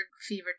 fever